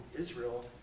Israel